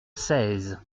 seize